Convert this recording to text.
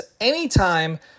anytime